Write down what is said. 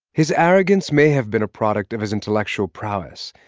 his arrogance may have been a product of his intellectual prowess,